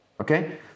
Okay